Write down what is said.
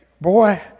Boy